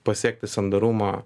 pasiekti sandarumą